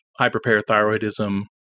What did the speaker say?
hyperparathyroidism